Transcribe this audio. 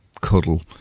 cuddle